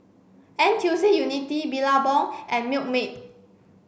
N T U C Unity Billabong and Milkmaid